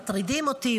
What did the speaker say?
מטרידים אותי,